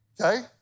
Okay